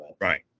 Right